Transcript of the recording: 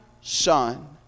son